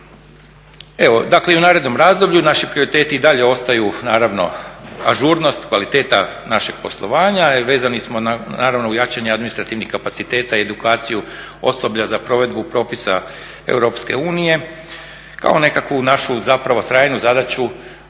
Evo, dakle i u narednom razdoblju naši prioriteti i dalje ostaju naravno ažurnost, kvaliteta našeg poslovanja jer vezani smo naravno u jačanje administrativnih kapaciteta i edukaciju osoblja za provedbu propisa EU kao nekakvu našu zapravo tajnu zadaću